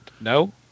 no